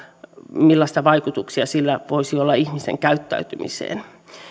millaisia vaikutuksia perustulolla voisi olla ihmisen käyttäytymiseen